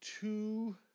two